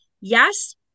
yes